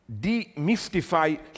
demystify